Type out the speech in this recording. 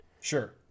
Sure